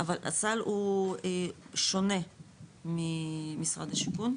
אבל הסל הוא שונה ממשרד השיכון.